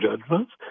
judgments